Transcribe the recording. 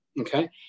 Okay